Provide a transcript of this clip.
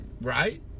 Right